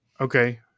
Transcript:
okay